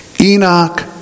Enoch